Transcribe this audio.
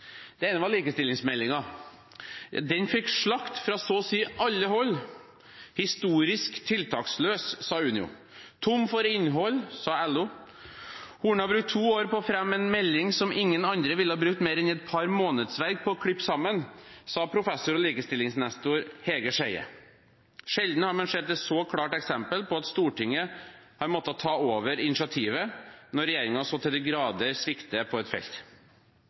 Det ene var likestillingsmeldingen. Den fikk slakt fra så å si alle hold – «historisk tiltaksløs», sa Unio, «tom for innhold», sa LO. «Horne har brukt to år på å få frem en melding som ingen andre ville brukt mer enn en et par månedsverk på å klippe sammen.» Det sa professor og likestillingsnestor Hege Skjeie. Sjelden har man sett et så klart eksempel på at Stortinget har måttet ta over initiativet når regjeringen så til de grader svikter på et felt.